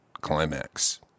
Climax